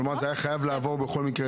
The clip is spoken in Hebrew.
כלומר,